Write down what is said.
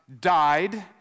died